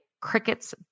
cricket's